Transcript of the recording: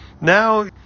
now